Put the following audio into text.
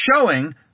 showing